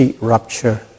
rupture